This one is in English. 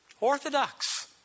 Orthodox